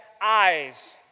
eyes